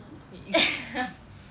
eh eh